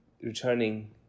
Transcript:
returning